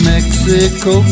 Mexico